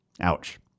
Ouch